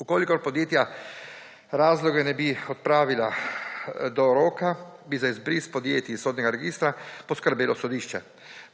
Če podjetja razlogov ne bi odpravila do roka, bi za izbris podjetij iz sodnega registra poskrbelo sodišče.